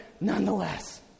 nonetheless